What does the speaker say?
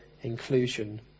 inclusion